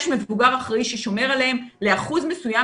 יש מבוגר אחראי ששומר עליהם לאחוז מסוים